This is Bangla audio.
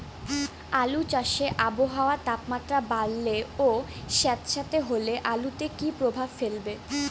আলু চাষে আবহাওয়ার তাপমাত্রা বাড়লে ও সেতসেতে হলে আলুতে কী প্রভাব ফেলবে?